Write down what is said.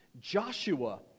Joshua